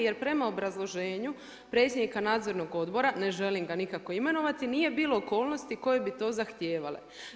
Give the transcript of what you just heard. Jer prema obrazloženju predsjednika Nadzornog odbora ne želim ga nikako imenovati nije bilo okolnosti koje bi to zahtijevale.